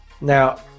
Now